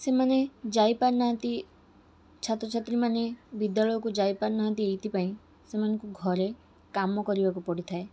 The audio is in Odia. ସେମାନେ ଯାଇପାରୁ ନାହାଁନ୍ତି ଛାତ୍ରଛାତ୍ରୀମାନେ ବିଦ୍ୟାଳୟକୁ ଯାଇପାରୁ ନାହାଁନ୍ତି ଏଇଥିପାଇଁ ସେମାନଙ୍କୁ ଘରେ କାମ କରିବାକୁ ପଡ଼ିଥାଏ